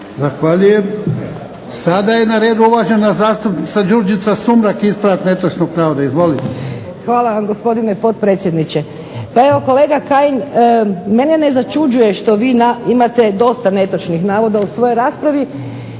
Zahvaljujem. Sada je na redu uvažena zastupnica Đurđica Sumrak ispravak netočnog navoda. Izvolite. **Sumrak, Đurđica (HDZ)** Hvala vam gospodine potpredsjedniče. Pa kolega Kajin, mene ne začuđuje što vi imate dosta netočnih navoda u svojoj raspravi